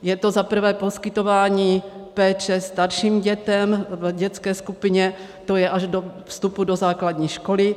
Je to za prvé poskytování péče starším dětem v dětské skupině, to je až do vstupu do základní školy.